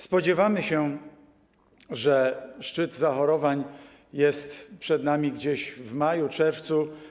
Spodziewamy się, że szczyt zachorowań jest przed nami - nastąpi gdzieś w maju, w czerwcu.